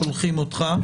שולחים אותך.